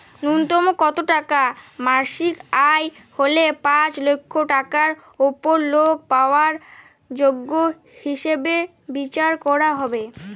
ন্যুনতম কত টাকা মাসিক আয় হলে পাঁচ লক্ষ টাকার উপর লোন পাওয়ার যোগ্য হিসেবে বিচার করা হবে?